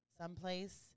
someplace